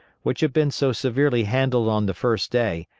which had been so severely handled on the first day,